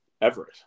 Everett